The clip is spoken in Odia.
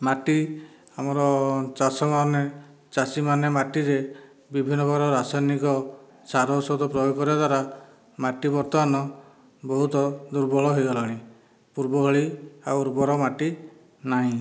ମାଟି ଆମର ଚାଷମାନେ ଚାଷୀମାନେ ମାଟିରେ ବିଭିନ୍ନ ପ୍ରକାରର ରାସାୟନିକ ସାର ଔଷଧ ପ୍ରୟୋଗ କରିବା ଦ୍ୱାରା ମାଟି ବର୍ତ୍ତମାନ ବହୁତ ଦୁର୍ବଳ ହୋଇଗଲାଣି ପୂର୍ବ ଭଳି ଆଉ ଉର୍ବର ମାଟି ନାହିଁ